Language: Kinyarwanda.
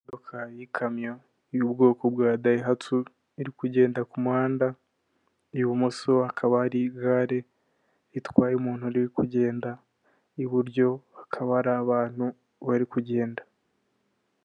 Imodoka y'ikamyo y'ubwoko bwa dayihatsu iri kugenda ku muhanda, ibumoso hakaba hari igare ritwaye umuntu uri kugenda, iburyo hakaba hari abantu bari kugenda.